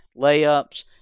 Layups